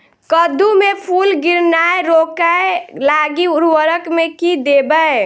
कद्दू मे फूल गिरनाय रोकय लागि उर्वरक मे की देबै?